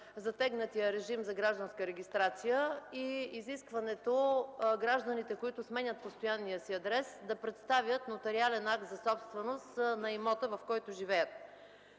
затегнатия режим за гражданска регистрация и изискването гражданите, които сменят постоянния си адрес, да представят нотариален акт за собственост на имота, в който живеят.